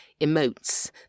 emotes